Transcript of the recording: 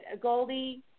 Goldie